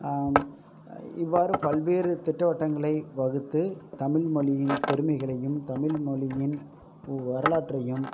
இவ்வாறு பல்வேறு திட்டவட்டங்களை வகுத்து தமிழ் மொழியின் பெருமைகளையும் தமிழ் மொழியின் வரலாற்றையும்